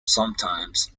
sometimes